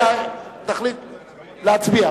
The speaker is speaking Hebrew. להצביע.